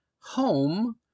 home